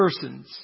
persons